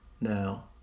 now